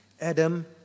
Adam